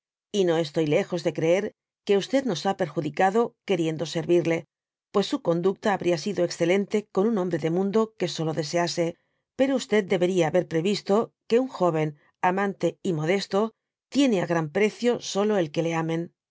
y no estoy lejos de creer que nos ha perjudicado queriendo servirle pues su conducta habria sido excelente con un hombre de mundo que solo desease pero debería haber previsto que im joven amante y modesto tiene á gran precio solo el que le amen